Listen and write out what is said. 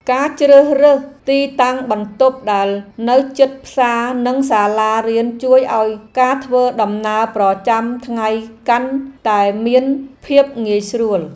ការជ្រើសរើសទីតាំងបន្ទប់ដែលនៅជិតផ្សារនិងសាលារៀនជួយឱ្យការធ្វើដំណើរប្រចាំថ្ងៃកាន់តែមានភាពងាយស្រួល។